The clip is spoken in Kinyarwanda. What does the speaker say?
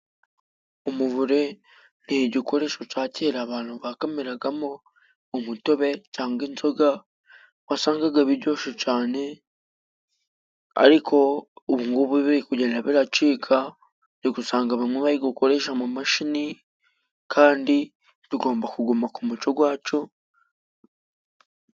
Umuvure ni igikoresho ca kera abantu ba bakamiragamo umutobe cangwa inzoga. Wasangaga bijyoshe cane ariko ubu ng'ubu biri kugenda biracika, uri gusanga bamwe bari gukoresha amamashini, kandi tugomba kuguma ku muco gwacu.